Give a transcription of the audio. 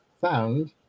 found